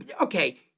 Okay